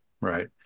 right